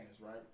right